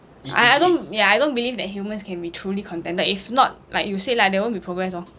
I I don't ya I don't believe that humans can be truly contented if not like you said lah there won't be progress orh